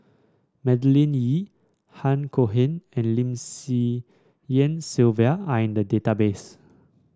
Madeleine Yee Han Cohen and Lim Swee Lian Sylvia are in the database